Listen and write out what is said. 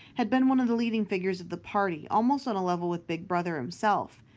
had been one of the leading figures of the party, almost on a level with big brother himself,